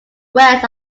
west